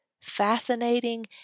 fascinating